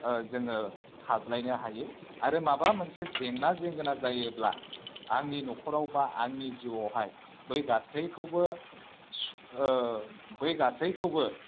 जोङो थाज्लायनो हायो आरो माबा मोनसे जेंना जेंगोना जायोब्ला आंनि न'खराव एबा आंनि जिउआवहाय बै गासैखौबो बै गासैखौबो